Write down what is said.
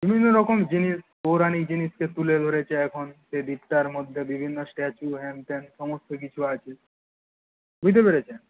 বিভিন্ন রকম জিনিস পৌরাণিক জিনিসকে তুলে ধরেছে এখন এই দ্বীপটার মধ্যে বিভিন্ন স্ট্যাচু হ্যান ত্যান সমস্ত কিছু আছে বুঝতে পেরেছেন